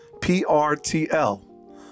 P-R-T-L